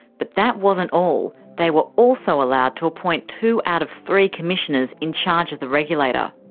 but that wasn't all, they were also allowed to appoint two out of three commissioners in charge of the regulator.